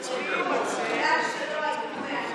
בגלל שלא היו מענים,